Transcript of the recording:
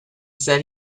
said